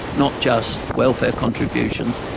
not just welfare contributions,